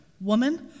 Woman